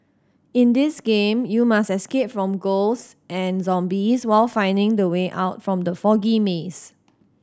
in this game you must escape from ghost and zombies while finding the way out from the foggy maze